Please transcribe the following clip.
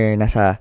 nasa